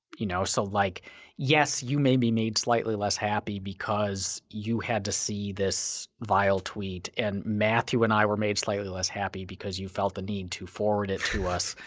you know so like yes you may be made slightly less happy because you had to see this vile tweet and matthew and i were made slightly less happy because you felt the need to forward it to us.